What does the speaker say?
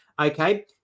Okay